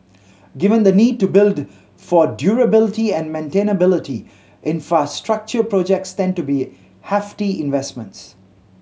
given the need to build for durability and maintainability infrastructure projects tend to be hefty investments